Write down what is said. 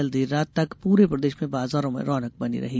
कल देर रात तक पूरे प्रदेश में बाजारों में रौनक बनी रही